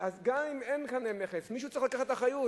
אז גם אם אין כאן מכס, מישהו צריך לקחת אחריות.